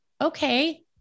Okay